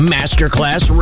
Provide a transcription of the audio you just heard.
Masterclass